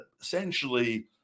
essentially